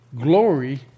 glory